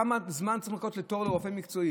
כמה זמן צריכים לחכות לתור לרופא מקצועי,